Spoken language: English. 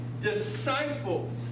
disciples